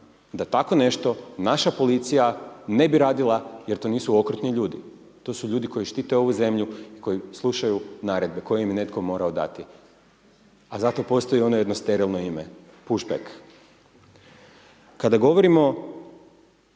da tako nešto naša policija ne bi radila jer to nisu okrutni ljudi, to su ljudi koji štite ovu zemlju, koji slušaju naredbe koje im je netko morao dati. A zato postoji jedno sterilno ime, push back. Kada govorimo